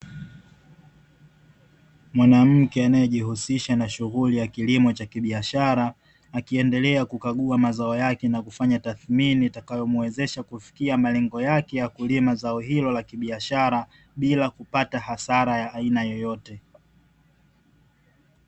Mwanamke anayejihusisha na shughuli ya kilimo cha kibiashara akiendelea kukagua mazao yake na kufanya tathmini utakayomuwezesha kufikia malengo yake ya kulima zao hilo la kibiashara bila kupata hasara ya aina yoyote.